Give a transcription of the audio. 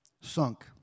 sunk